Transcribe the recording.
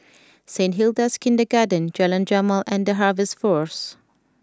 Saint Hilda's Kindergarten Jalan Jamal and The Harvest Force